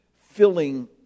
filling